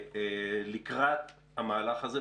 לקראת המהלך הזה?